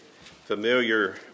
familiar